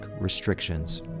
restrictions